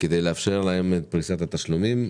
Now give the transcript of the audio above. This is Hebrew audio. כדי לאפשר להם את פריסת התשלומים.